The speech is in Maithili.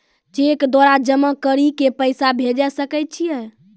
चैक द्वारा जमा करि के पैसा भेजै सकय छियै?